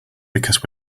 because